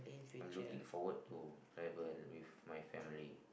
I'm looking forward to travel with my family